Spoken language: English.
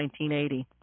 1980